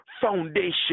foundation